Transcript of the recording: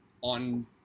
on